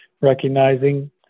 recognizing